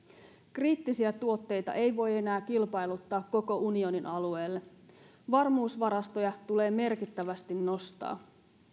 kriittisiä tuotteita ei voi enää kilpailuttaa koko unionin alueelle varmuusvarastoja tulee merkittävästi nostaa